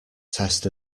test